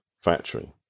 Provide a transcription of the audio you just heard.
factory